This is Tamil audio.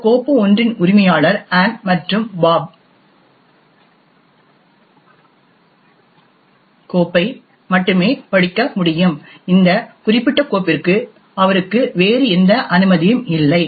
இந்த கோப்பு1 இன் உரிமையாளர் ஆன் மற்றும் பாப் கோப்பை மட்டுமே படிக்க முடியும் இந்த குறிப்பிட்ட கோப்பிற்கு அவருக்கு வேறு எந்த அனுமதியும் இல்லை